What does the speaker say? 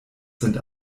sind